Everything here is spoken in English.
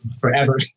forever